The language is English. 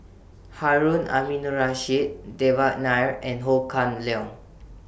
Harun Aminurrashid Devan Nair and Ho Kah Leong